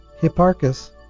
Hipparchus